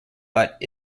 but